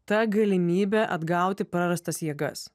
ta galimybė atgauti prarastas jėgas